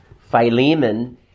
Philemon